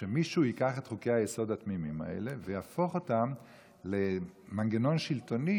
שמישהו ייקח את חוקי-היסוד התמימים האלה ויהפוך אותם למנגנון שלטוני